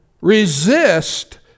Resist